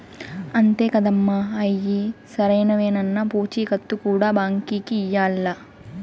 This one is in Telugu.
అంతే కాదమ్మ, అయ్యి సరైనవేనన్న పూచీకత్తు కూడా బాంకీకి ఇయ్యాల్ల